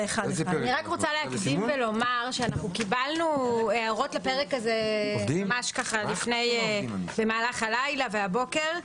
אני רק רוצה להקדים ולומר שקיבלנו הערות לפרק הזה במהלך הלילה והבוקר.